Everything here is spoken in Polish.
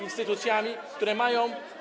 instytucjami, które mają.